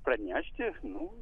pranešti nu